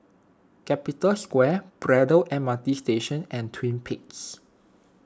Capital Square Braddell M R T Station and Twin Peaks